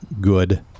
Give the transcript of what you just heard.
good